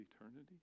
eternity